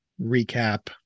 recap